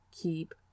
keep